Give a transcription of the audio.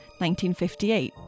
1958